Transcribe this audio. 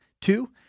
Two